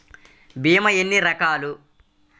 భీమ ఎన్ని రకాలు?